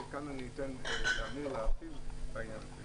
כאן בעניין הזה.